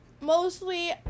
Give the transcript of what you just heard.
mostly